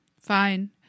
fine